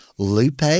Lupe